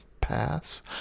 pass